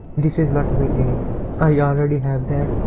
this is what we need i already have that,